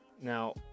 Now